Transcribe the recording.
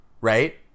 right